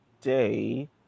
day